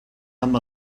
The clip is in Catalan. amb